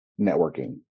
networking